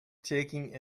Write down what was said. taking